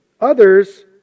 others